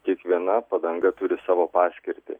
kiekviena padanga turi savo paskirtį